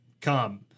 come